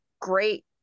great